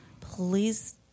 Please